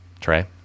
Trey